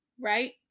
right